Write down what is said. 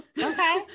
Okay